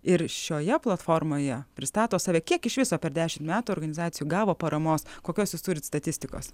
ir šioje platformoje pristato save kiek iš viso per dešimt metų organizacijų gavo paramos kokios jūs turit statistikos